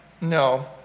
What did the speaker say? no